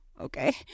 okay